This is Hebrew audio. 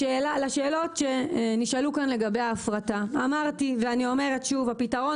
לשאלות שנשאלו כאן לגבי ההפרטה אמרתי ואני אומרת שוב: הפתרון